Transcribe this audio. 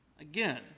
again